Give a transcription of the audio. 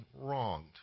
wronged